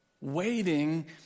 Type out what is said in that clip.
waiting